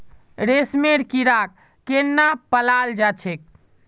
रेशमेर कीड़ाक केनना पलाल जा छेक